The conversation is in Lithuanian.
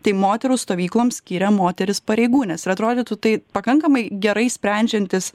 tai moterų stovykloms skyrė moteris pareigūnes ir atrodytų tai pakankamai gerai sprendžiantis